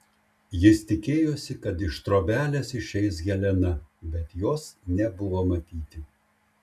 jis tikėjosi kad iš trobelės išeis helena bet jos nebuvo matyti